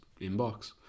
inbox